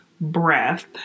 breath